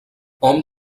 hom